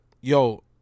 Yo